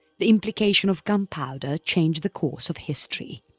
the implication of gunpowder changed the course of history.